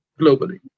globally